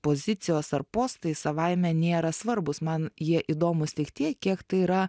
pozicijos ar postai savaime nėra svarbūs man jie įdomūs tik tiek kiek tai yra